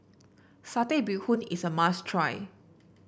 Satay Bee Hoon is a must try